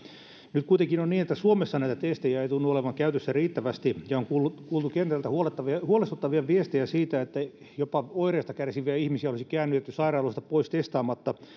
nyt kuitenkin on niin että suomessa näitä testejä ei tunnu olevan käytössä riittävästi ja on kuultu kentältä huolestuttavia huolestuttavia viestejä siitä että jopa oireista kärsiviä ihmisiä olisi käännytetty sairaaloista pois testaamatta